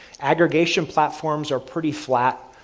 aggregation platforms are pretty flat,